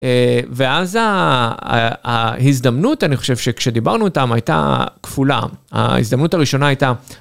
ואז ההזדמנות, אני חושב שכשדיברנו אותם, הייתה כפולה. ההזדמנות הראשונה הייתה...